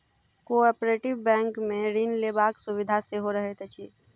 cooperative बैंकमे ऋण लेबाक सुविधा सेहो रहैत अछि